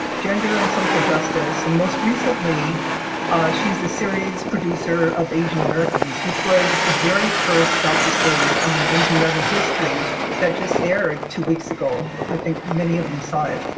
gender, and social justice and most recently she's the series producer of asian-americans which was the very first docu-series on asian american history that just aired two weeks ago, i think many of you saw it,